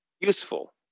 useful